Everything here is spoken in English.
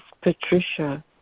Patricia